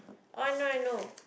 oh I know I know